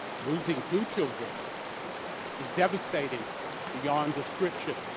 losing two children is devastating beyond description.